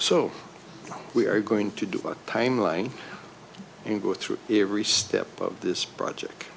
so we are going to do a timeline and go through every step of this project